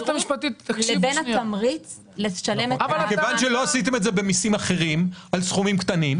מכיוון שלא עשיתם את זה במיסים אחרים על סכומים קטנים,